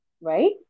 right